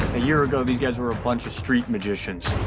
a year ago, these guys were a bunch of street magicians.